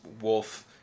wolf